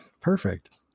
perfect